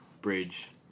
bridge